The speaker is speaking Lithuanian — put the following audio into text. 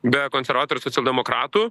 be konservatorių socialdemokratų